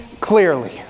clearly